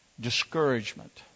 Discouragement